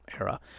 era